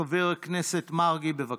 חבר הכנסת מרגי, בבקשה.